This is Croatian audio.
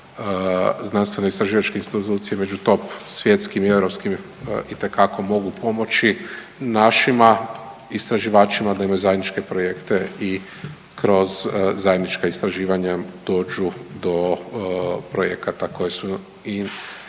znanstvena istraživačke institucije među top svjetskim i europskim itekako mogu pomoći našima istraživačima da imaju zajedničke projekte i kroz zajednička istraživanja dođu do projekata koje su na